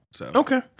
Okay